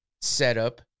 setup